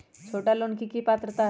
छोटा लोन ला की पात्रता है?